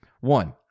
One